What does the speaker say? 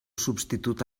substitut